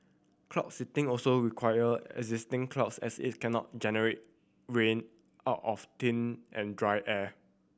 cloud seeding also require existing clouds as it cannot generate rain out of thin and dry air